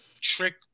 Trick